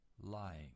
lying